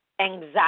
anxiety